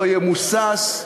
לא ימוסס.